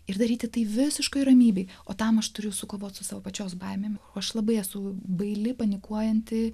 ir daryti tai visiškoje ramybėje o tam aš turiu sukovoti su savo pačios baimėmis o aš labai esu baili panikuojanti